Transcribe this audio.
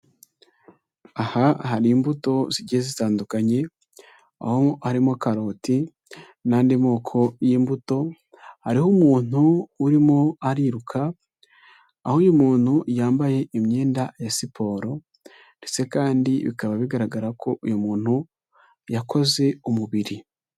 Aha hari imbuto zigiye zitandukanye aho harimo karoti n'andi moko y'imbuto, hariho umuntu urimo ariruka aho uyu muntu yambaye imyenda ya siporo ndetse kandi bikaba bigaragara ko uyu muntu yakoze umubiri.